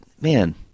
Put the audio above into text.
man